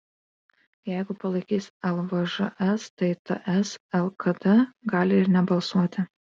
jeigu palaikys lvžs tai ts lkd gali ir nebalsuoti